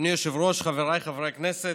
אדוני היושב-ראש, חבריי חברי הכנסת,